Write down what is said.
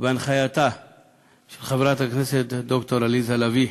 ובהנחייתה של חברת הכנסת ד"ר עליזה לביא.